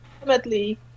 ultimately